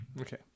Okay